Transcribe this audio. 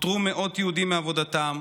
פוטרו מאות יהודים מעבודתם,